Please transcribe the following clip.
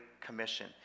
Commission